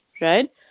right